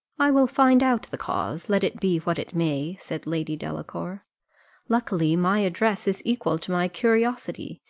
i will find out the cause, let it be what it may, said lady delacour luckily my address equal to my curiosity,